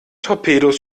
torpedos